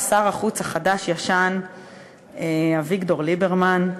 שר החוץ החדש-ישן אביגדור ליברמן,